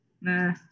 nah